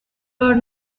are